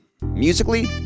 Musically